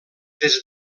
des